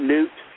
Newt